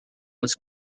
was